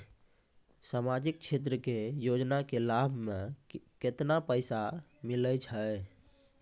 समाजिक क्षेत्र के योजना के लाभ मे केतना पैसा मिलै छै?